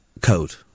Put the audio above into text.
code